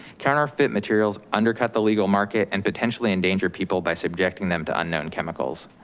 counterfeit materials undercut the legal market and potentially endanger people by subjecting them to unknown chemicals.